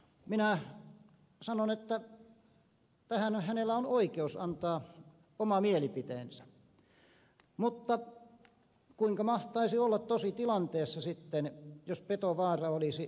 minä sanon että tähän hänellä on oikeus antaa oma mielipiteensä mutta kuinka mahtaisi olla tositilanteessa sitten jos petovaara olisi realistinen